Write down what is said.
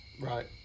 Right